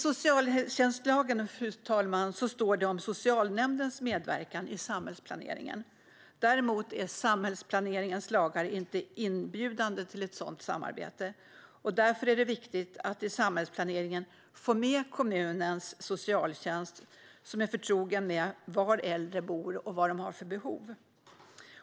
I socialtjänstlagen står det om socialnämndens medverkan i samhällsplaneringen. Däremot är samhällsplaneringens lagar inte inbjudande till ett sådant samarbete. Därför är det viktigt att i samhällsplaneringen få med kommunens socialtjänst, som är förtrogen med var äldre bor och vad de har för behov.